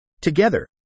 Together